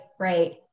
Right